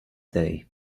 day